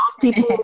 people